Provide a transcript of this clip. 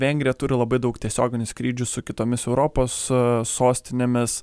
vengrija turi labai daug tiesioginių skrydžių su kitomis europos sostinėmis